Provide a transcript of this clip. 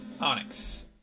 Onyx